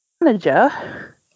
manager